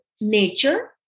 nature